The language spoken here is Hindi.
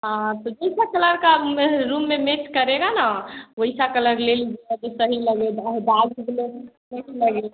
हाँ तो जैसा कलर का आप म रूम में मैच करेगा ना वैसा कलर ले लीजिएगा तो सही लगेगा डार्क कलर में सही लगेगा